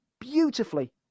beautifully